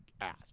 ass